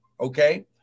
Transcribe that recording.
Okay